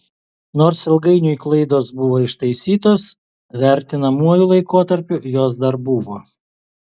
nors ilgainiui klaidos buvo ištaisytos vertinamuoju laikotarpiui jos dar buvo